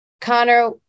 Connor